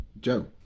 Joe